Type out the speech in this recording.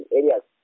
areas